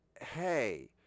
Hey